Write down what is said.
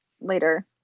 later